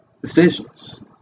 decisions